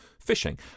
fishing